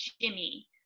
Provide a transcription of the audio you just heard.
Jimmy